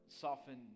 soften